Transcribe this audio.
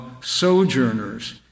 sojourners